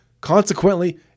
Consequently